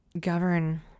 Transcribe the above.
govern